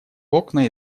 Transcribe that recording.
окна